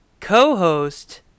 co-host